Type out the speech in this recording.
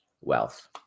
wealth